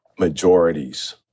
majorities